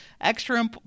extra